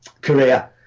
Korea